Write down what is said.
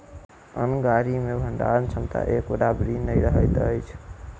अन्न गाड़ी मे भंडारण क्षमता एक बराबरि नै रहैत अछि